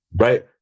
right